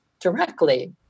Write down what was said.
directly